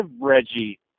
Reggie